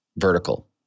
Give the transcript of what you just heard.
vertical